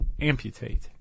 amputate